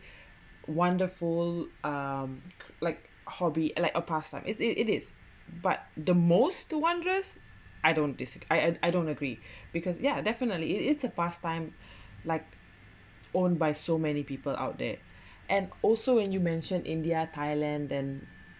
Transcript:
wonderful um like hobby like a pastime is it it is but the most to wondrous I don't disagree I n I don't agree because yeah definitely it it's a pastime like owned by so many people out there and also and you mention india thailand and